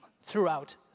throughout